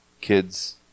Kids